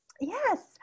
Yes